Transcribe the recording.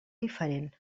diferent